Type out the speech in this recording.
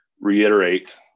reiterate